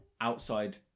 outside